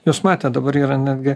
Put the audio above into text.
jūs matėt dabar yra netgi